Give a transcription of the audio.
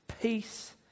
peace